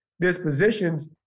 dispositions